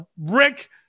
Rick